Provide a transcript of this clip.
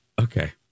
Okay